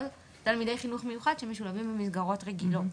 תלמידי חינוך מיוחד שמשולבים במסגרות רגילות.